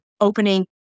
opening